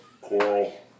Coral